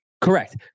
Correct